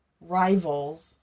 rivals